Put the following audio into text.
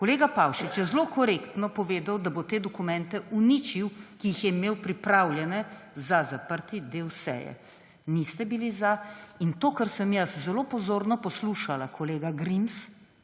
Kolega Pavšič je zelo korektno povedal, da bo te dokumente uničil, ki jih je imel pripravljene za zaprti del seje. Niste bili za. In to, kar sem jaz zelo pozorno poslušala, kolega Grims,